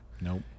Nope